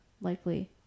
likely